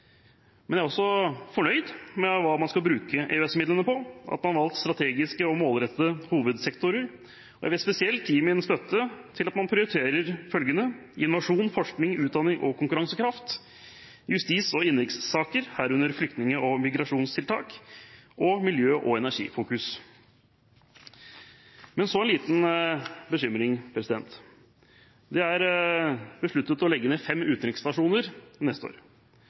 Jeg er fornøyd med hva man skal bruke EØS-midlene på, at man har valgt strategiske og målrettede hovedsektorer. Jeg vil spesielt gi min støtte til at man prioriterer følgende: innovasjon, forskning, utdanning og konkurransekraft justis- og innenrikssaker, herunder flyktning- og migrasjonstiltak miljø og energi Så en liten bekymring. Det er besluttet å legge ned fem utenriksstasjoner neste år.